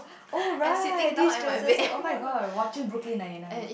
oh right distresses you oh-my-god watching Brooklyn-Nine-Nine